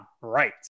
Right